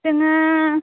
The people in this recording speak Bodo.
जोङो